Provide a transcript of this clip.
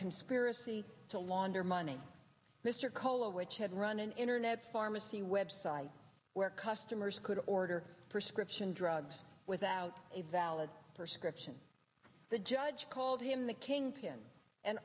conspiracy to launder money mr cola which had run an internet pharmacy website where customers could order prescription drugs without a valid for scription the judge called him the kingpin an